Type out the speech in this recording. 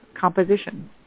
composition